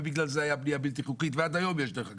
ובגלל זה הייתה בלתי חוקית ועד היום יש דרך אגב,